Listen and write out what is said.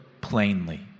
plainly